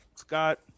Scott